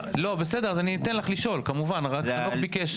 אני אתן לך לשאול כמובן, רק חנוך ביקש.